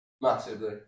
massively